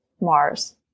Mars